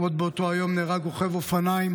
עוד באותו יום נהרג רוכב אופניים,